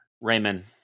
Raymond